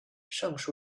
上述